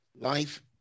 life